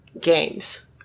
games